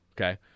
okay